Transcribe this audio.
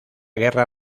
guerra